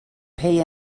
pay